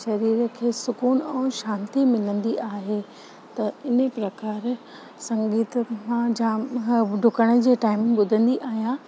शरीर खे सुकून ऐं शांती मिलंदी आहे त इन प्रकार संगीत मां जाम डुकण जे टाइम ॿुधंदी आहियां